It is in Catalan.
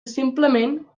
simplement